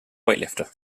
weightlifter